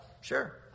sure